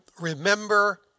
remember